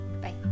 bye